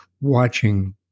watching